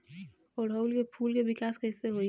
ओड़ुउल के फूल के विकास कैसे होई?